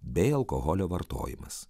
bei alkoholio vartojimas